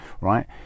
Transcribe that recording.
right